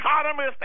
economists